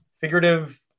figurative